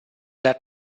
led